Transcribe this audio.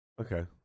Okay